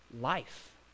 life